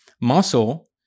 muscle